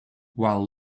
while